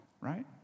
right